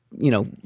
you know,